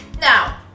Now